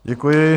Děkuji.